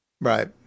Right